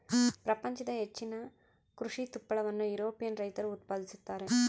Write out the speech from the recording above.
ಪ್ರಪಂಚದ ಹೆಚ್ಚಿನ ಕೃಷಿ ತುಪ್ಪಳವನ್ನು ಯುರೋಪಿಯನ್ ರೈತರು ಉತ್ಪಾದಿಸುತ್ತಾರೆ